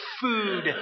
food